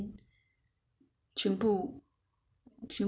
全部需要八片而已 mah 八片而已